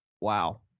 wow